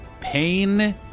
pain